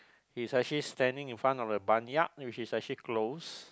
he's actually standing in front of a barnyard which is actually closed